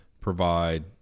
provide